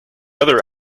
other